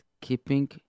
keeping